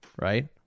Right